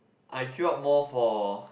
I queue up more for